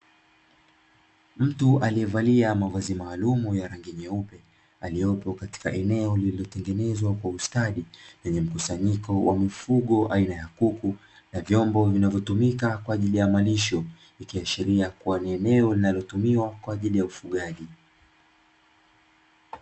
Mtu aliye valia mavazi maalumu ya rangi nyeupe, aliyopo katika eneo lilitengenezwa kwa ustadi, lenye mkusanyiko wa mifugo aina ya kuku na vyombo vinavyotumika kwa ajili ya malisho, ikiashiria kuwa ni eneo linalo tumiwa kwa ajili ya ufugaji.